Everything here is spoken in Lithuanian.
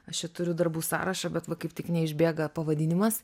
aš čia turiu darbų sąrašą bet va kaip tik neišbėga pavadinimas